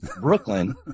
Brooklyn